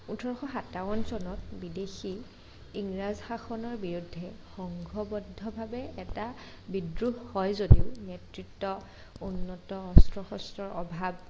ওঠৰশ সাতাৱন্ন চনত বিদেশী ইংৰাজ শাসনৰ বিৰুদ্ধে সংঘবদ্ধভাৱে এটা বিদ্ৰোহ হয় যদিও নেতৃত্ব উন্নত অস্ত্ৰ শস্ত্ৰ অভাৱ